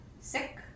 sick